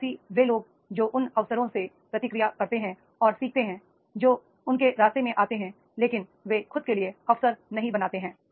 साहसी वे लोग जो उन अवसरों से प्रतिक्रिया करते हैं और सीखते हैं जो उनके रास्ते में आते हैं लेकिन वे खुद के लिए अवसर नहीं बनाते हैं